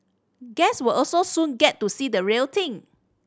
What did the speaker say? guest will also soon get to see the real thing